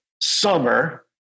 summer